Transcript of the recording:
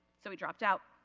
so he dropped out.